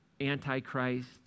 antichrist